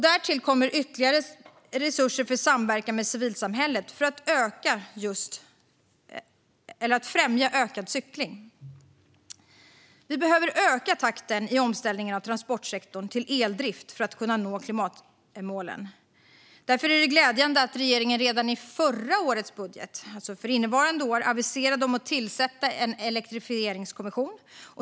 Därtill kommer ytterligare resurser för samverkan med civilsamhället för att främja ökad cykling. Vi behöver öka takten i omställningen av transportsektorn till eldrift för att nå klimatmålen. Därför är det glädjande att regeringen redan i förra årets budget, alltså för innevarande år, aviserade om att tillsätta en elektrifieringskommission.